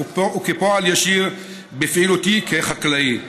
כפועל ישיר מפעילותי כחקלאי.